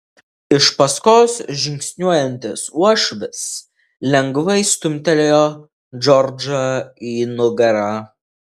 iš paskos žingsniuojantis uošvis lengvai stumtelėjo džordžą į nugarą